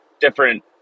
different